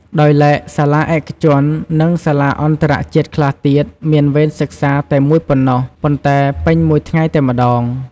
ដោយឡែកសាលាឯកជន និងសាលាអន្តរជាតិខ្លះទៀតមានវេនសិក្សាតែមួយប៉ុណ្ណោះ ប៉ុន្តែពេញមួយថ្ងៃតែម្ដង។